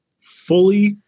fully